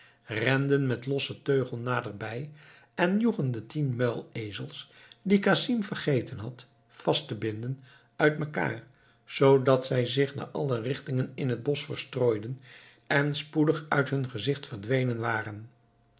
renden met lossen teugel naderbij en joegen de tien muilezels die casim vergeten had vast te binden uit mekaar zoodat zij zich naar alle richtingen in het bosch verstrooiden en spoedig uit hun gezicht verdwenen waren